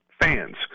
fans